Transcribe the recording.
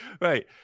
right